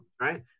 right